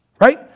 Right